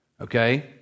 Okay